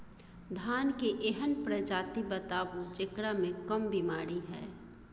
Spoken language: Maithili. धान के एहन प्रजाति बताबू जेकरा मे कम बीमारी हैय?